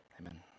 Amen